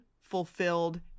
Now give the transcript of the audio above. fulfilled